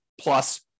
plus